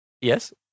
yes